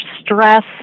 stress